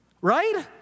right